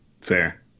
Fair